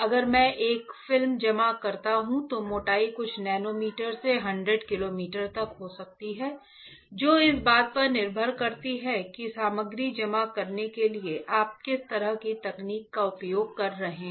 अगर मैं एक फिल्म जमा करता हूं तो मोटाई कुछ नैनोमीटर से 100 माइक्रोमीटर तक हो सकती है जो इस बात पर निर्भर करती है कि सामग्री जमा करने के लिए आप किस तरह की तकनीक का उपयोग कर रहे हैं